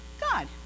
God